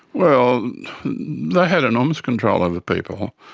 well, they had enormous control over people.